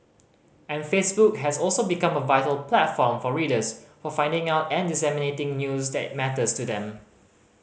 and Facebook has also become a vital platform for readers for finding out and disseminating news that matters to them